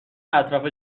اطراف